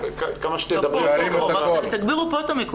תישלל במיידית,